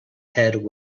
head